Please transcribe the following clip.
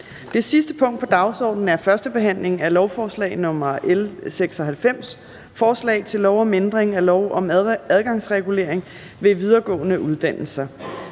Det sidste punkt på dagsordenen er: 3) 1. behandling af lovforslag nr. L 96: Forslag til lov om ændring af lov om adgangsregulering ved videregående uddannelser.